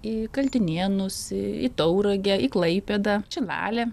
į kaltinėnus į tauragę į klaipėdą šilalę